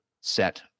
set